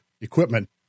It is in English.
equipment